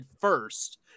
first